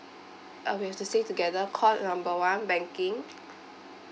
uh we have to say together call number one banking